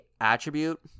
attribute